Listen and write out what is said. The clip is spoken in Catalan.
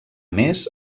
més